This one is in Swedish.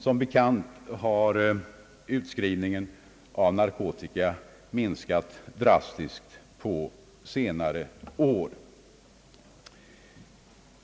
Som bekant har utskrivningen av narkotika minskat drastiskt på senare år.